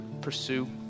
pursue